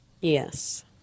Yes